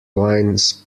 wines